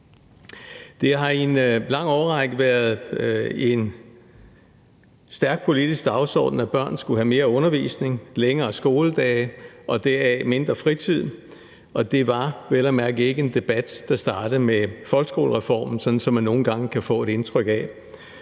Det har i en lang årrække været en stærk politisk dagsorden, at børn skulle have mere undervisning, længere skoledage og deraf mindre fritid, og det var vel at mærke ikke en debat, der startede med folkeskolereformen, sådan som man nogle gange kan få indtryk af.